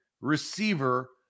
receiver